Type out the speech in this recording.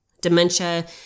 Dementia